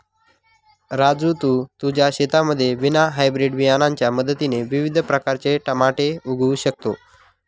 राजू तू तुझ्या शेतामध्ये विना हायब्रीड बियाणांच्या मदतीने विविध प्रकारचे टमाटे उगवू शकतो